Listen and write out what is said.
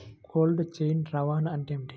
Cold chain రవాణా అంటే ఏమిటీ?